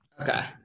Okay